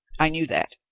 i knew that.